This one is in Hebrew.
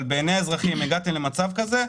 אבל בעיניי האזרחים הגעתם למצב כזה,